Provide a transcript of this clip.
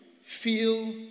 Feel